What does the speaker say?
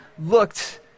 looked